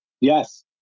Yes